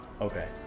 Okay